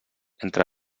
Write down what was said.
entre